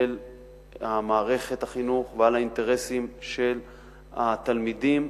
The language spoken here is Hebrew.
מערכת החינוך ועל האינטרסים של התלמידים,